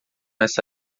essa